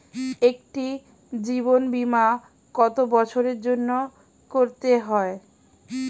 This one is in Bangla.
একটি জীবন বীমা কত বছরের জন্য করতে হয়?